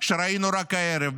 שראינו רק הערב.